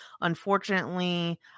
Unfortunately